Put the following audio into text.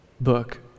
book